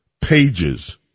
pages